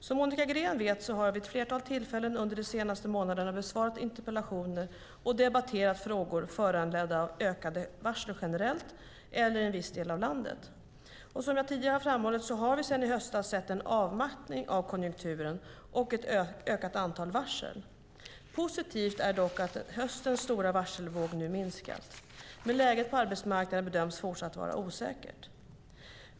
Som Monica Green vet har jag vid ett flertal tillfällen under de senaste månaderna besvarat interpellationer och debatterat frågor föranledda av ökade varsel generellt eller i en viss del av landet. Som jag tidigare framhållit har vi sedan i höstas sett en avmattning av konjunkturen och ett ökat antal varsel. Positivt är dock att höstens stora varselvåg nu minskat. Men läget på arbetsmarknaden bedöms fortsatt vara osäkert.